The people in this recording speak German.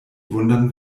wundern